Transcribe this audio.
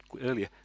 earlier